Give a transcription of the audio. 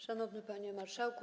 Szanowny Panie Marszałku!